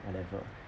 whatever